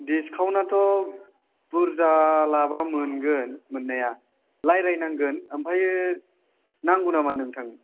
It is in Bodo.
दिसकाउन्टआथ' बुरजा लाबा मोनगोन मोननाया रायज्लायनांगोन ओमफ्राय नांगौ नामा नोंथांनो